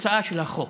התוצאה של החוק.